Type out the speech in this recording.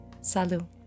Salut